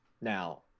now